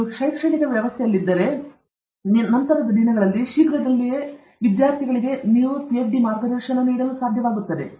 ನೀವು ಶೈಕ್ಷಣಿಕ ವ್ಯವಸ್ಥೆಯಲ್ಲಿದ್ದರೆ ನಂತರದ ದಿನಗಳಲ್ಲಿ ಶೀಘ್ರದಲ್ಲೇ ವಿದ್ಯಾರ್ಥಿಗಳಿಗೆ ನೀವು ಪಿಎಚ್ಡಿ ಮಾರ್ಗದರ್ಶನ ಮಾಡಲು ಸಾಧ್ಯವಾಗುತ್ತದೆ